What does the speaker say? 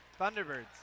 Thunderbirds